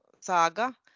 Saga